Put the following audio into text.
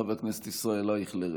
חבר הכנסת ישראל אייכלר,